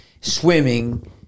swimming